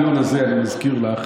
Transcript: לך,